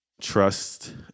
trust